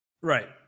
Right